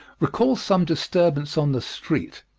recall some disturbance on the street,